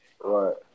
Right